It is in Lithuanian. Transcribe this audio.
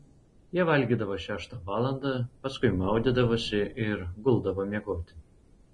jie valgydavo šeštą valandą paskui maudydavosi ir guldavo miegoti